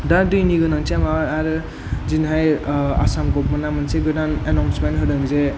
दा दैनि गोनांथिया मा आरो दिनिहाय आसाम गभमेन्टा मोनसे गोदान एनावन्समेन्ट होदों जे